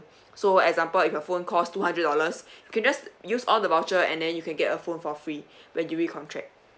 so example if your phone cost two hundred dollars you can just use all the voucher and then you can get a phone for free when you re-contract